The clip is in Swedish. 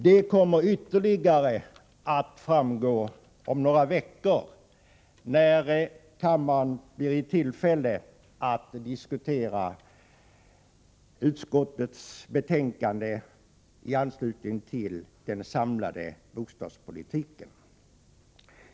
Detta kommer ytterligare att framgå om några veckor, när kammaren blir i tillfälle att diskutera utskottets betänkande i anslutning till den samlade bostadspolitiken.